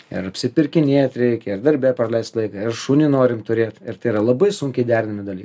ir apsipirkinėt reikia ir darbe praleist laiką ir šunį norim turėt ir tai yra labai sunkiai derinami dalykai